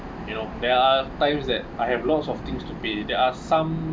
you know there are times that I have lots of things to be there are some